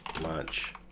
Launch